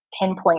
pinpoint